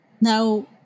now